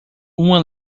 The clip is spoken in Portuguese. uma